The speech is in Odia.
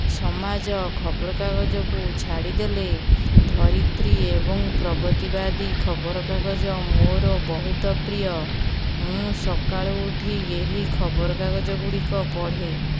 ସମାଜ ଖବରକାଗଜକୁ ଛାଡ଼ିଦେଲେ ଧରିତ୍ରୀ ଏବଂ ପ୍ରଗତିବାଦୀ ଖବରକାଗଜ ମୋର ବହୁତ ପ୍ରିୟ ମୁଁ ସକାଳୁ ଉଠି ଏହି ଖବରକାଗଜ ଗୁଡ଼ିକ ପଢ଼େ